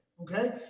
okay